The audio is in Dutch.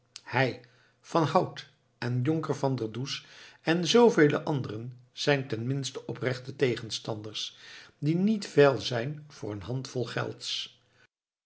hij van hout en jonker van der does en zoovele anderen zijn ten minste oprechte tegenstanders die niet veil zijn voor een handvol gelds